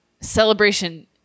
Celebration